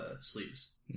sleeves